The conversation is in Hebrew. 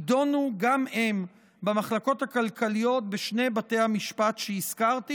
יידון גם הוא במחלקות הכלכליות בשני בתי המשפט שהזכרתי,